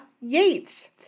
Yates